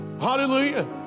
Hallelujah